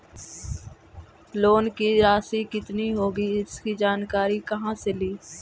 Loan की रासि कितनी होगी इसकी जानकारी कहा से ली?